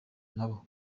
nabo